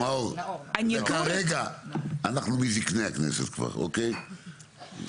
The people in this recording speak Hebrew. רגע אנחנו מזקני הכנסת כבר אוקי,